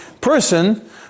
person